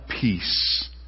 peace